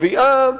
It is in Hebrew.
הקביעה